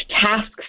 tasks